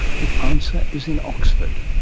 the answer is in oxford.